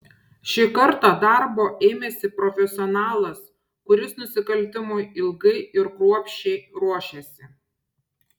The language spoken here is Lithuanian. šį kartą darbo ėmėsi profesionalas kuris nusikaltimui ilgai ir kruopščiai ruošėsi